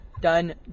Done